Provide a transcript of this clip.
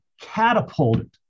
catapulted